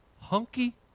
hunky